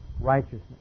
righteousness